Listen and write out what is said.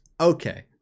okay